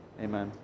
amen